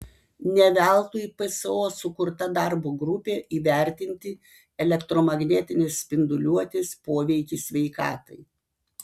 ne veltui pso sukurta darbo grupė įvertinti elektromagnetinės spinduliuotės poveikį sveikatai